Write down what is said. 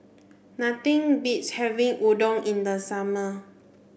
nothing beats having Udon in the summer